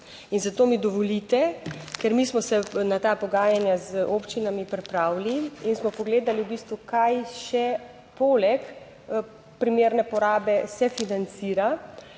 Zato mi dovolite, ker mi smo se na ta pogajanja z občinami pripravili in smo pogledali v bistvu, kaj še poleg primerne porabe se financira.